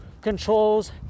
controls